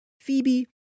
Phoebe